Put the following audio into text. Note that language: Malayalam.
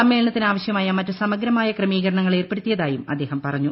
സമ്മേളനത്തിനാവശ്യമായ മറ്റ് സമഗ്രമായ ക്രമീകരണങ്ങൾ ഏർപ്പെടുത്തിയതായും അദ്ദേഹം പറഞ്ഞു